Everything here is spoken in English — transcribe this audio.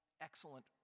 excellent